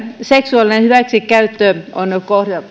seksuaalinen hyväksikäyttö on